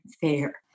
Fair